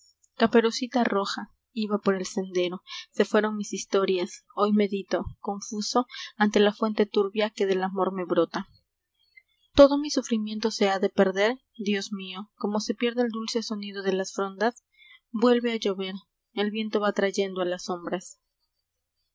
caperucita roja iba por el sendero se fueron mis historias hoy medito confuso ante la fuente turbia que del amor me brota todo mi sufrimiento se ha de perder dios mío como se pierde el dulce sonido de las frondas vuelve a llover el viento va traendo a las sombras